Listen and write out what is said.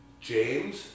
James